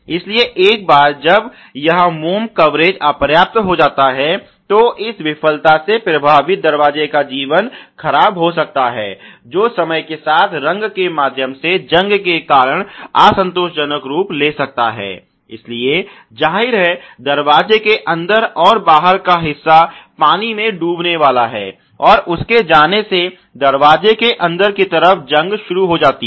इसलिए एक बार जब यह मोम कवरेज अपर्याप्त हो जाता है तो इस विफलता से प्रभावित दरवाजे का जीवन खराब हो सकता है जो समय के साथ रंग के माध्यम से जंग के कारण असंतोषजनक रूप ले सकता है इसलिए जाहिर है दरवाजे के अंदर और बाहर का हिस्सा पानी में डूबने वाले हैं और उसके जाने से दरवाजे के अंदर की तरफ जंग शुरू हो जाती है